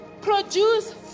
produce